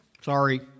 Sorry